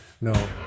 no